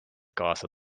kaasa